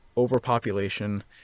overpopulation